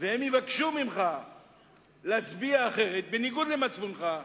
והם יבקשו ממך להצביע אחרת, בניגוד למצפונך,